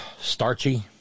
starchy